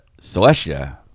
Celestia